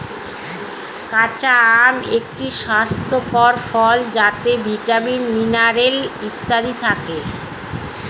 কাঁচা আম একটি স্বাস্থ্যকর ফল যাতে ভিটামিন, মিনারেল ইত্যাদি থাকে